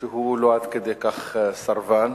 שהוא לא עד כדי כך סרבן